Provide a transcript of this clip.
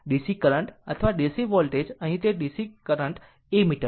DC current અથવા DC voltage અહીં તે કરંટ એમીટર છે